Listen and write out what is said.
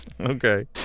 Okay